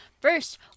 first